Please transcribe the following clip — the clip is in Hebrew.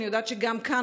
אני יודעת שגם כאן,